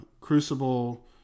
Crucible